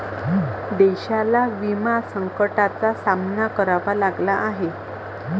देशाला विमा संकटाचा सामना करावा लागला आहे